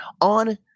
on